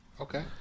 Okay